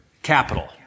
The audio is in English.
Capital